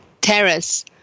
terrace